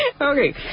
Okay